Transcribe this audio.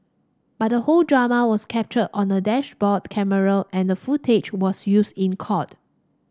but the whole drama was captured on a dashboard camera and the footage was used in court